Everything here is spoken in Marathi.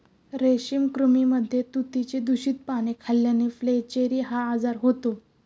रेशमी कृमींमध्ये तुतीची दूषित पाने खाल्ल्याने फ्लेचेरी हा आजार होतो